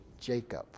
Jacob